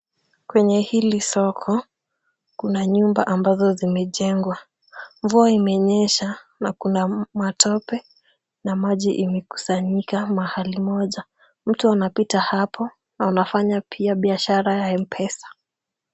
Kwenye hili soko kuna nyumba ambazo zimejengwa. Mvua imenyesha na kuna matope na maji imekusanyika mahali moja. Mtu anapita hapo anafanya pia biashara ya M-Pesa.